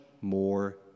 more